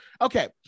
okay